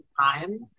time